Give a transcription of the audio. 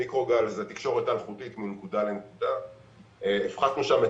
מיקרוגל זה תקשורת אלחוטית מנקודה לנקודה ושם הפחתנו את